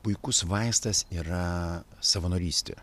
puikus vaistas yra savanorystė